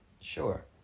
Sure